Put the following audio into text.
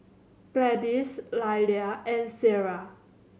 Gladys Lilia and Sierra